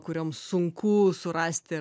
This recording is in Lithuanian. kurioms sunku surasti